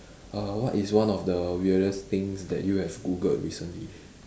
uh what is one of the weirdest things that you have Googled recently